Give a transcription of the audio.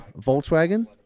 Volkswagen